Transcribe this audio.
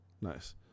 nice